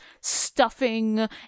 stuffing